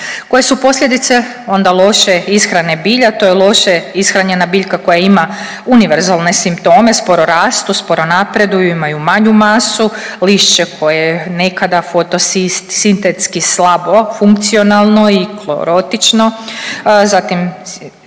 Koje su posljedice onda loše ishrane bilja? To je loše ishranjena biljka koja ima univerzalne simptome, sporo rastu, sporo napreduju, imaju manju masu. Lišće koje nekada fotosintetski slabo funkcionalno i klorotično, zatim